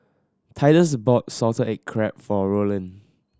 Titus bought salted egg crab for Rollin